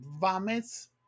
vomits